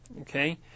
okay